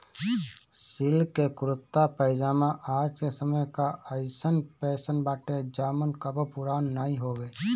silk के कुरता पायजामा आज के समय कअ अइसन फैशन बाटे जवन कबो पुरान नाइ होई